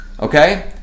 Okay